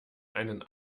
einen